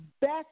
best